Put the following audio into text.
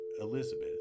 Elizabeth